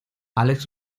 alex